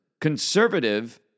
Conservative